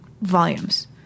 volumes